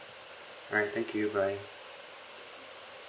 alright thank you bye